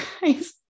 guys